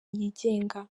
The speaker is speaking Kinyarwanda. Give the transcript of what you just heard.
yigenga